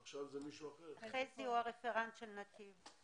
חזי הוא הרפרנט של נתיב.